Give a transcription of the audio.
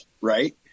right